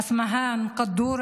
אסמהאן קדורה